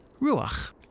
ruach